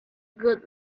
good